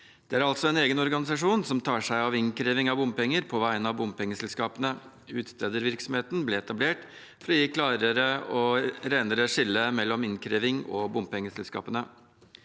Det er altså en egen organisasjon som tar seg av innkrevingen av bompenger på vegne av bompengeselskapene. Utstedervirksomhetene ble etablert for å gi et klarere og renere skille mellom innkreving og bompengeselskapene.